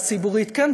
אז ציבורית כן.